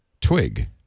Twig